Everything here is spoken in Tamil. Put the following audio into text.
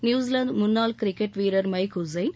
நியுசிலாந்து முன்னாள் கிரிக்கெட் வீரர் மைக் உசேன்